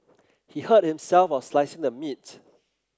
he hurt himself while slicing the meat